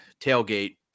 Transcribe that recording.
tailgate